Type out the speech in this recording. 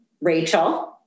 Rachel